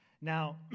Now